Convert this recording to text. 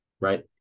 right